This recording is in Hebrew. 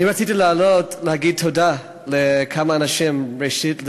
אני רציתי לעלות להגיד תודה לכמה אנשים: ראשית,